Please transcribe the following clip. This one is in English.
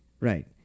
Right